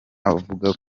akavuga